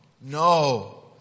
no